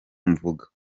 mvuga